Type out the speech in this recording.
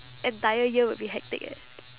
entire year will be hectic eh